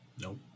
Nope